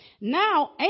Now